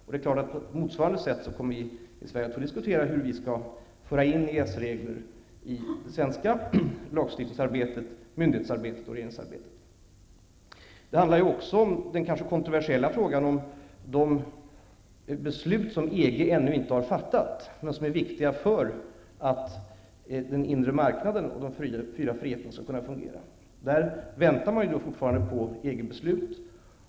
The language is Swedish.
På motsvarande sätt kommer vi i Sverige att diskutera hur vi skall föra in EES-regler i det svenska lagstiftningsarbetet, myndighetsarbetet och regeringsarbetet. Den kontroversiella frågan gäller de beslut som EG ännu inte har fattat men som är viktiga för att den inre marknaden och de fyra friheterna skall fungera. Där väntar man fortfarande på EG-beslut.